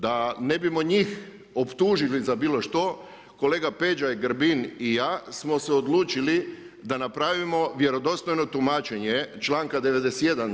Da ne bismo njih optužili za bilo što, kolega Peđa Grbin i ja smo se odlučili da napravimo vjerodostojno tumačenje članka 91.